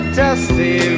dusty